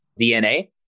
DNA